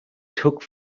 took